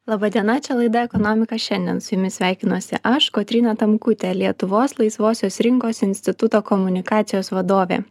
laba diena čia laida ekonomika šiandien su jumis sveikinuosi aš kotryna tamkutė lietuvos laisvosios rinkos instituto komunikacijos vadovė